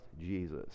Jesus